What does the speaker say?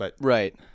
Right